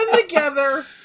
together